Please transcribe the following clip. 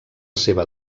seva